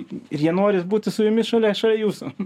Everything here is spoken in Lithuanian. ir jie nori būti su jumis šalia šalia jūsų